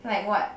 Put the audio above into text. like what